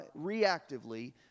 reactively